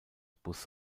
bus